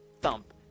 Thump